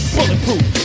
Bulletproof